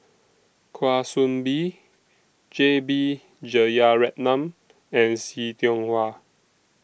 Kwa Soon Bee J B Jeyaretnam and See Tiong Wah